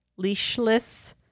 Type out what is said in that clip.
leashless